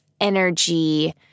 energy